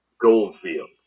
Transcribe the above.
Goldfield